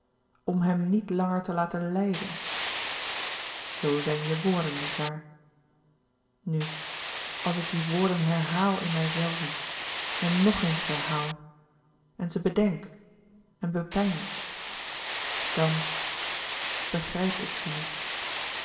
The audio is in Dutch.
om hem niet langer te laten lijden zoo zijn je woorden niet waar nu als ik die woorden herhaal in mijzelven en nog eens herhaal en ze bedenk en bepeins dan begrijp ik ze niet